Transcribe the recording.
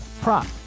prop